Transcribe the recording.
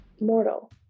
Mortal